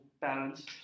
balance